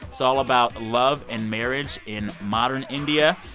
it's all about love and marriage in modern india.